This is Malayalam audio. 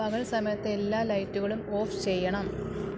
പകൽ സമയത്ത് എല്ലാ ലൈറ്റുകളും ഓഫ് ചെയ്യണം